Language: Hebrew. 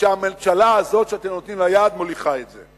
כשהממשלה הזאת שאתם נותנים לה יד מוליכה את זה.